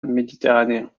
méditerranéen